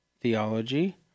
theology